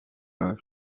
arts